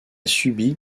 subi